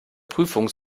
prüfung